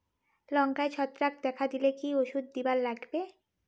লঙ্কায় ছত্রাক দেখা দিলে কি ওষুধ দিবার লাগবে?